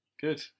Good